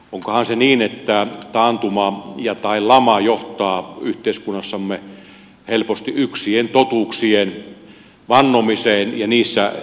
onkohan se niin että taantuma tai lama johtaa yhteiskunnassamme helposti yksien totuuksien vannomiseen ja niissä elämiseen